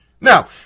Now